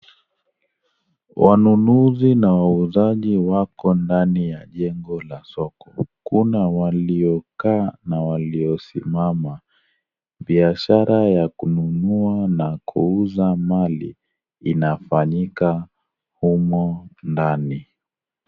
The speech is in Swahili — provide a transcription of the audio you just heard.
Wanunuzi na wauzaji wako ndani ya jengo la soko, kuna waliokaa na waliosimama. Biashara ya kununua na kuuza mali inafanyika humo ndani.